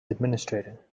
administrator